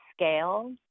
scale